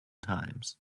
times